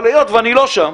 אבל היות שאני לא שם,